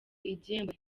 igihembo